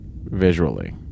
visually